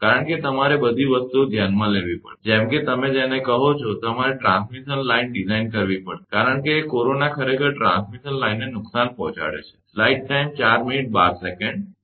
કારણ કે તમારે બધી વસ્તુઓ ધ્યાનમાં લેવી પડશે જેમ કે તમે જેને કહો છો તમારે ટ્રાન્સમિશન લાઇન ડિઝાઇન કરવી પડશે કારણ કે કોરોના ખરેખર ટ્રાન્સમિશન લાઇનને નુકસાન પહોંચાડે છે